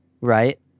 right